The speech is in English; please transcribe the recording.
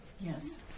Yes